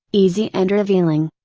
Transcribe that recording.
easy and revealing.